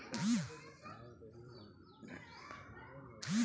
Debit card क PIN बदले खातिर का करेके होई?